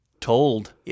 told